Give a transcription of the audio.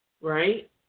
right